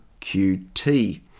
QT